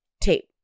tape